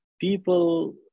people